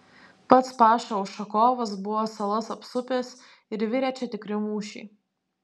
pats paša ušakovas buvo salas apsupęs ir virė čia tikri mūšiai